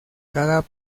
cada